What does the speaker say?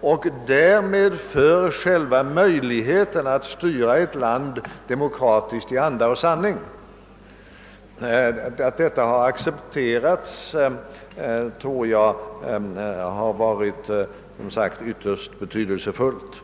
och därmed för själva möjligheten att styra ett land demokratiskt i anda och sanning. Att detta sedan accepterats av de andra partierna tror jag som sagt varit ytterst betydelsefullt.